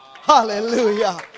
Hallelujah